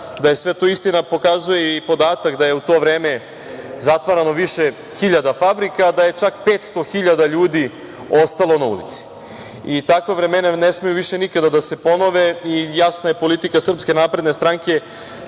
da je sve to istina pokazuje i podatak da je u to vreme zatvarano više hiljada fabrika, da je čak 500 hiljada ljudi ostalo na ulici. Takva vremena ne smeju više nikada da se ponove i jasna je politika SNS da se